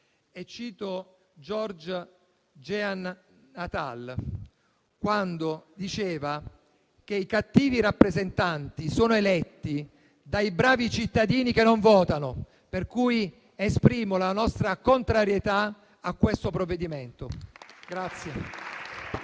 a George Jean Nathan, quando diceva che i cattivi rappresentanti sono eletti dai bravi cittadini che non votano. Esprimo pertanto la nostra contrarietà al provvedimento in